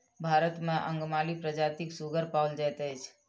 भारत मे अंगमाली प्रजातिक सुगर पाओल जाइत अछि